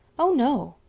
oh, no.